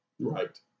Right